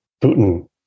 Putin